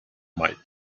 might